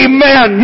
Amen